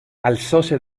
alzóse